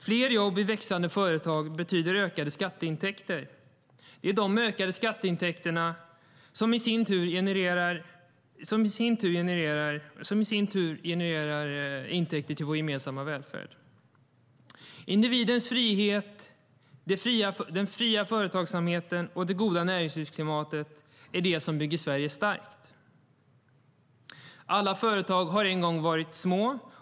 Fler jobb i växande företag betyder ökade skatteintäkter. De ökade skatteintäkterna genererar i sin tur intäkter till vår gemensamma välfärd. Individens frihet, den fria företagsamheten och det goda näringslivsklimatet är det som bygger Sverige starkt. Alla företag har en gång varit små.